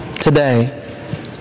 today